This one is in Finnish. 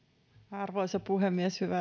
arvoisa puhemies